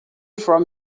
from